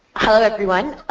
hello everyone,